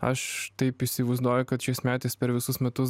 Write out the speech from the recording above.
aš taip įsivaizduoju kad šiais metais per visus metus